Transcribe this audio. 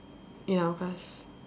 in our class